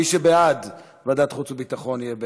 מי שבעד ועדת חוץ וביטחון יהיה בעד,